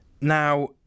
Now